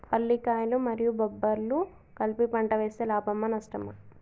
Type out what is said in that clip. పల్లికాయలు మరియు బబ్బర్లు కలిపి పంట వేస్తే లాభమా? నష్టమా?